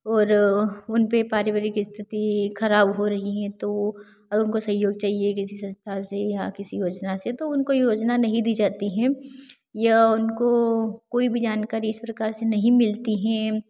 और उनपे पारिवारिक स्थिति खराब हो रही हैं तो अगर उनको सहयोग चाहिए किसी संस्था से या किसी योजना से तो उनको योजना नहीं दी जाती हैं या उनको कोई भी जानकारी सरकार से नहीं मिलती हैं